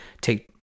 take